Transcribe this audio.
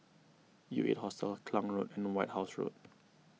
U eight Hostel Klang Road and White House Road